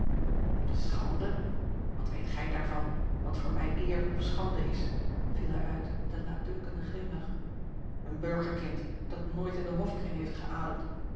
wat weet gij daarvan wat voor mij eere of schande is viel hij uit met een laatdunkenden glimlach een burgerkind dat nooit in den hofkring heeft geademd